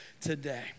today